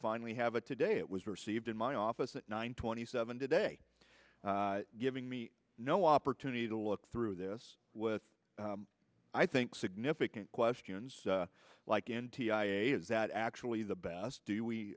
finally have a today it was received in my office at nine twenty seven today giving me no opportunity to look through this with i think significant questions like n t i a is that actually the best do we